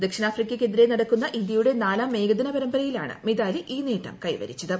ദക്ഷിണാഫ്രിക്കയയ്ക്ക് എതിരെ നടക്കുന്ന ഇന്ത്യയുടെ നാലാം ഏകദിന പരമ്പരയിലാണ് മിതാലി ഈ നേട്ടം കൈവരിച്ചത്